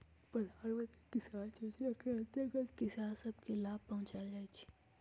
प्रधानमंत्री किसान जोजना के अंतर्गत किसान सभ के लाभ पहुंचाएल जाइ छइ